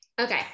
Okay